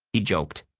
he joked.